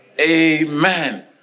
Amen